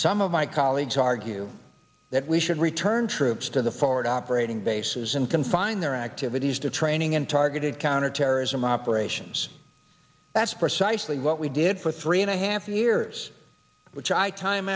some of my colleagues argue that we should return troops to the forward operating bases in confine their activities to training and targeted counterterrorism operations that's precisely what we did for three and a half years which i time